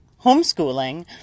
homeschooling